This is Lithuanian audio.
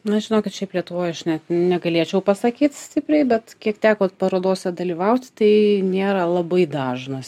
nu žinokit šiaip lietuvoj aš net negalėčiau pasakyt stipriai bet kiek teko parodose dalyvauti tai nėra labai dažnas